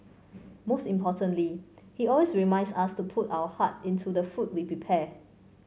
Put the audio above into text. most importantly he always reminds us to put our heart into the food we prepare